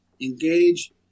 engage